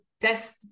test